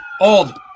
old